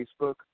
Facebook